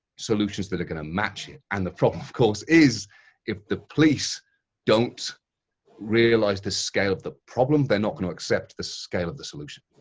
solutions that are going to match it, and the problem, of course, is if the police don't realize the scale of the problem, they're not going to accept the scale of the solution.